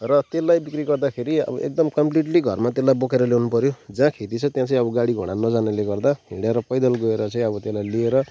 र त्यसलाई बिक्री गर्दाखेरि अब एकदम कमप्लिटली घरमा त्यसलाई बोकेर ल्याउनु पर्यो जहाँ खेती छ त्यहाँ चाहिँ अब गाडी घोडा नजानाले गर्दा हिँडेर पैदल गएर चाहिँ अब त्यसलाई ल्याएर